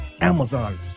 Amazon